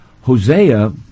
Hosea